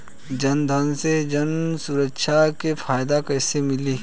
जनधन से जन सुरक्षा के फायदा कैसे मिली?